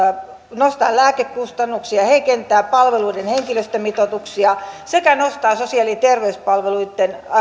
nostaa lääkekustannuksia ja heikentää palveluiden henkilöstömitoituksia sekä nostaa sosiaali ja terveyspalveluitten